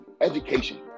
education